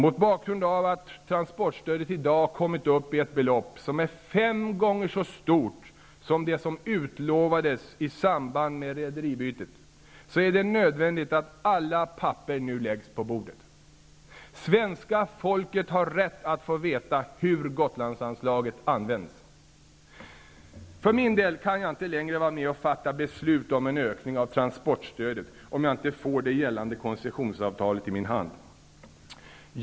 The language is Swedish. Mot bakgrund av att detta i dag kommit upp i ett belopp som är fem gånger så stort som det som utlovades i samband med rederibytet, är det nödvändigt att alla papper nu läggs på bordet. Svenska folket har rätt att få veta hur Gotlandsanslaget används. För min del kan jag inte längre vara med och fatta beslut om en ökning av transportstödet om jag inte får det gällande koncessionsavtalet i min hand.